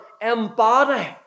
embody